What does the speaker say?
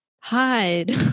hide